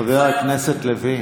חבר הכנסת לוין.